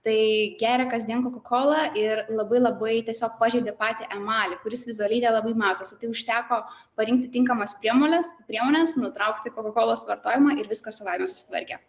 tai geria kasdien kokolą ir labai labai tiesiog pažeidė patį emalį kuris vizualiai nelabai matosi tai užteko parinkti tinkamas priemones priemones nutraukti kokakolos vartojimą ir viskas savaime susitvarkė